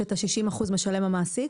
שאת ה-60% משלם המעסיק?